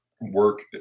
work